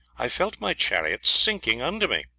i felt my chariot sinking under me.